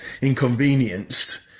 inconvenienced